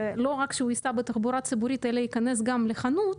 לא רק שהוא ייסע בתחבורה ציבורית אלא ייכנס גם לחנות,